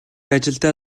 ажилдаа